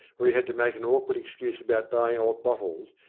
where he had to make an awkward excuse about buying old bottles,